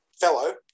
fellow